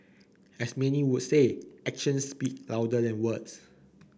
as many would say actions speak louder than words